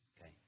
okay